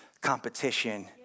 competition